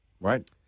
right